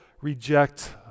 reject